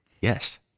yes